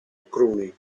cruni